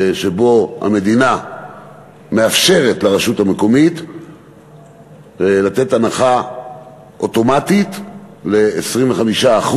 שהמדינה מאפשרת לרשות המקומית לתת הנחה אוטומטית של 25%